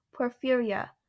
porphyria